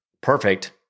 perfect